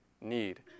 need